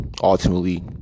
ultimately